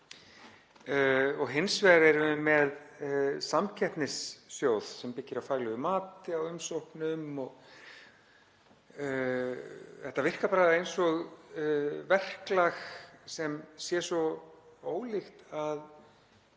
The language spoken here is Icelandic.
og hins vegar erum við með samkeppnissjóð sem byggir á faglegu mati á umsóknum. Þetta virkar eins og verklag sem er svo ólíkt að